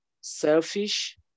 selfish